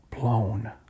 blown